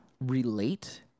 relate